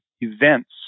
events